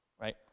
Right